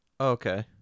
Okay